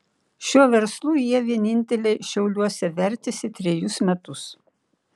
šiuo verslu jie vieninteliai šiauliuose vertėsi trejus metus